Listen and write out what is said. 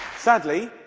sadly,